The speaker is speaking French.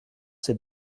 ces